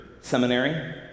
Seminary